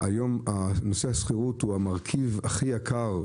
היום השכירות היא המרכיב הכי יקר,